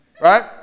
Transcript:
right